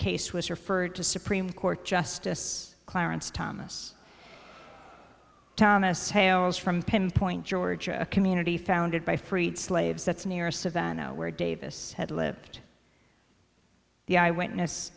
case was referred to supreme court justice clarence thomas thomas hails from pinpoint georgia a community founded by freed slaves that's near savannah where davis had lived the eyewitness